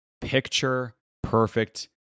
picture-perfect